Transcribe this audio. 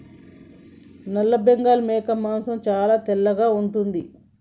నల్లబెంగాల్ మేక మాంసం చాలా లేతగా ఉంటుంది